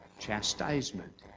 chastisement